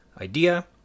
idea